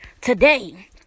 today